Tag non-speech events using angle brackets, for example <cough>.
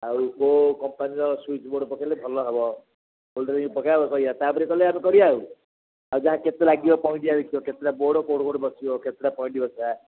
ଆଉ କୋଉ କମ୍ପାନୀର ସୁଇଚ୍ ବୋର୍ଡ୍ ପକେଇଲେ ଭଲ ହେବ <unintelligible> ପକେଇବା ତାପରେ କଲେ ଆମେ କରିବା ଆଉ ଆଉ ଯାହା କେତେ ଲାଗିବ ପଏଣ୍ଟ୍ ଦେଖିବ କେତେଟା ବୋର୍ଡ୍ କୋଉଠି କୋଉଠି ବସିବ କେତେଟା ପଏଣ୍ଟ୍ ବସେଇବା